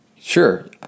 Sure